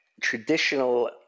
traditional